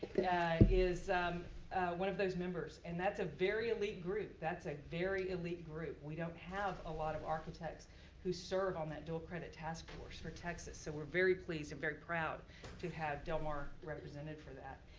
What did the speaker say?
is one of those members. and that's a very elite group. that's a very elite group. we don't have a lot of architects who serve on that dual credit task force for texas. so we're very please and very proud to have del mar represented for that.